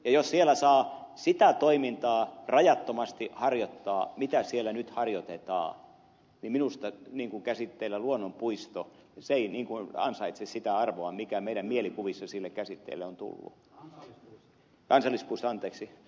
jos siellä saa sitä toimintaa rajattomasti harjoittaa mitä siellä nyt harjoitetaan niin minusta käsitteenä luonnonpuisto se ei ansaitse sitä arvoa mikä meidän mielikuvissamme sille käsitteelle on tullut kansallispuisto anteeksi